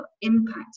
impact